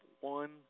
One